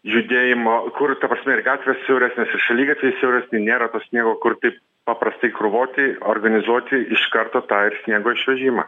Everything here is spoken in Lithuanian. judėjimo kur ta prasme ir gatvės siauresnės ir šaligatvis siauras tai nėra to sniego kur taip paprastai krovoti organizuoti iš karto tą ir sniego išvežimą